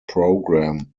program